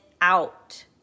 out